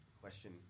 question